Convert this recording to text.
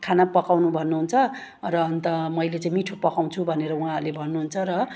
खाना पकाउनु भन्नुहुन्छ र अन्त मैले चाहिँ मिठो पकाउँछु भनेर उहाँहरूले भन्नुहुन्छ र